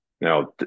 Now